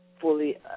fully